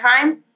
time